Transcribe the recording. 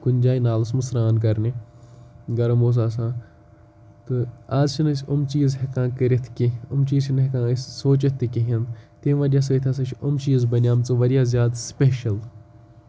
کُنہِ جایہِ نالَس منٛز سرٛان کَرنہِ گَرم اوس آسان تہٕ آز چھِنہٕ أسۍ یِم چیٖز ہٮ۪کان کٔرِتھ کینٛہہ یِم چیٖز چھِنہٕ ہٮ۪کان أسۍ سوٗنٛچِتھ تہِ کِہیٖنۍ تمہِ وجہ سۭتۍ ہَسا چھِ یِم چیٖز بَنے مژٕ واریاہ زیادٕ سٕپیشَل